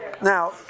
Now